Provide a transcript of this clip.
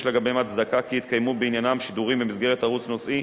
לגביהם הצדקה כי יתקיימו בעניינם שידורים במסגרת ערוץ נושאי